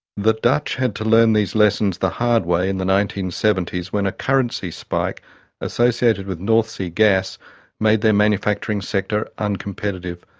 the dutch had to learn these lessons the hard way in the nineteen seventy s when a currency spike associated with north sea gas made their manufacturing sector uncompetitive.